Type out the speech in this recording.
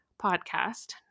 podcast